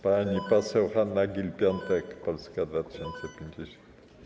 Pani poseł Hanna Gill-Piątek, Polska 2050.